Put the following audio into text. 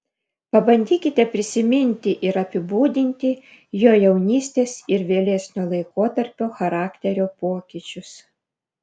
pabandykite prisiminti ir apibūdinti jo jaunystės ir vėlesnio laikotarpio charakterio pokyčius